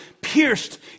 pierced